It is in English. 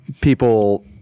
people